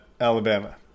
Alabama